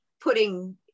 putting